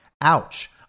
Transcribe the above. ouch